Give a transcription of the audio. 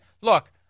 look